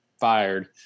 fired